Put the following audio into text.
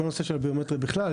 כל הנושא של הביומטריה בכלל,